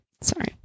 Sorry